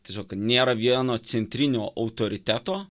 tiesiog nėra vieno centrinio autoriteto